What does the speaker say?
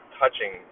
touching